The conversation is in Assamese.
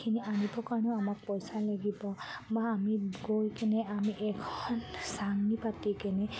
খিনি আনিবৰ কাৰণেও আমাক পইচা লাগিব বা আমি গৈ কিনে আমি এখন চাঙি পাতি কিনে